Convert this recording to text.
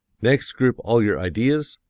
next group all your ideas,